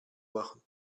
machen